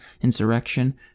insurrection